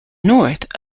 north